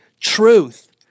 truth